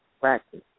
practice